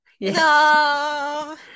no